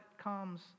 comes